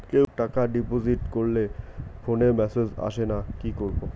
কেউ টাকা ডিপোজিট করলে ফোনে মেসেজ আসেনা কি করবো?